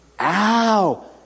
Ow